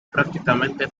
prácticamente